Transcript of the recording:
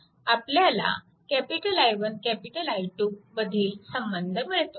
आपल्याला I1 I2 मधील संबंध मिळतो